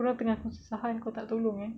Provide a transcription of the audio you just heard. orang tengah kesusahan kau tak tolong eh